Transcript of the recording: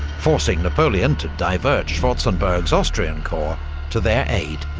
forcing napoleon to divert schwarzenberg's austrian corps to their aid.